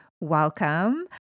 Welcome